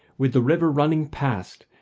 with the river running past,